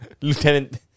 Lieutenant